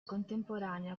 contemporanea